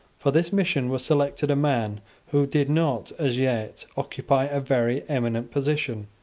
for this mission was selected a man who did not as yet occupy a very eminent position,